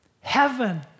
Heaven